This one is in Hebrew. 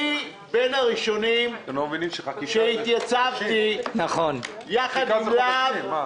אני בין הראשונים שהתייצבתי ביחד עם לה"ב,